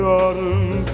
autumn